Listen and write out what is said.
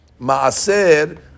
maaser